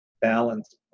balance